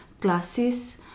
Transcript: classes